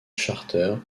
charter